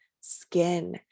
skin